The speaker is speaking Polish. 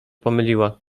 pomyliła